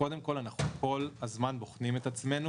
קודם כל אנחנו כל הזמן בוחנים את עצמנו